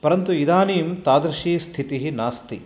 परन्तु इदानीं तादृशी स्थितिः नास्ति